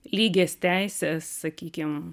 lygias teises sakykim